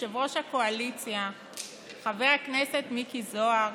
יושב-ראש הקואליציה חבר הכנסת מיקי זוהר